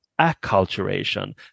acculturation